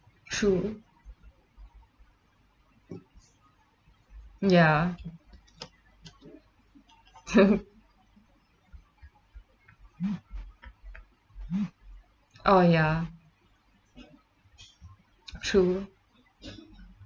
true ya oh ya true